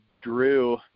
drew